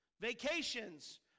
vacations